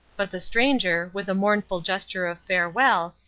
but the stranger, with a mournful gesture of farewell,